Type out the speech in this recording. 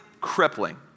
crippling